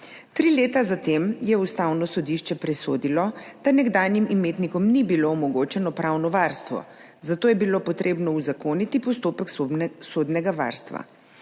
Tri leta za tem je Ustavno sodišče presodilo, da nekdanjim imetnikom ni bilo omogočeno pravno varstvo, zato je bilo treba uzakoniti postopek sodnega varstva.